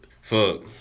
fuck